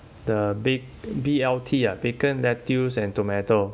the big B_L_T uh bacon lettuce and tomato